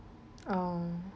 oh